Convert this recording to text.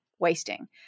wasting